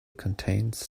contains